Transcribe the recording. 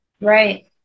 Right